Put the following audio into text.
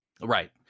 Right